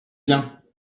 bien